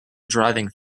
driving